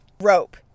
rope